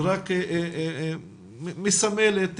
זה רק מסמל את